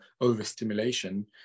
overstimulation